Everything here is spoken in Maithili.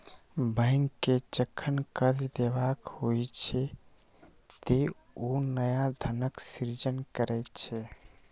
बैंक कें जखन कर्ज देबाक होइ छै, ते ओ नया धनक सृजन करै छै